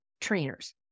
trainers